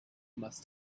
must